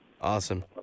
Awesome